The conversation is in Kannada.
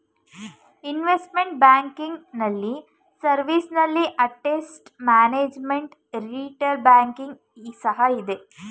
ಇನ್ವೆಸ್ಟ್ಮೆಂಟ್ ಬ್ಯಾಂಕಿಂಗ್ ನಲ್ಲಿ ಸರ್ವಿಸ್ ನಲ್ಲಿ ಅಸೆಟ್ ಮ್ಯಾನೇಜ್ಮೆಂಟ್, ರಿಟೇಲ್ ಬ್ಯಾಂಕಿಂಗ್ ಸಹ ಇದೆ